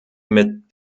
mit